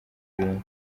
ibintu